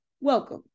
welcome